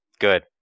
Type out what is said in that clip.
Good